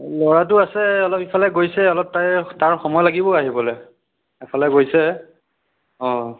ল'ৰাটো আছে অলপ ইফালে গৈছে অলপ তাৰ তাৰ সময় লাগিব আহিবলৈ এফালে গৈছে অ